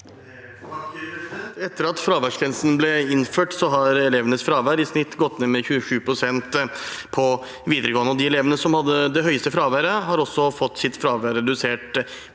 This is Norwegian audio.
Etter at fraværs- grensen ble innført, har elevenes fravær i snitt gått ned med 27 pst. på videregående. De elevene som hadde det høyeste fraværet, har også fått sitt fravær redusert